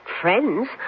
friends